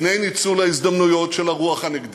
לפני ניצול ההזדמנויות של הרוח הנגדית,